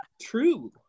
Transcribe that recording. true